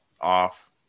off